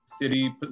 city